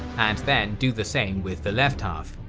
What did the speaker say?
and then do the same with the left half.